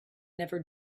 never